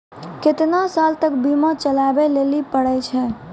केतना साल तक बीमा चलाबै लेली पड़ै छै?